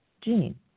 gene